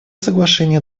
соглашение